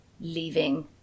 Leaving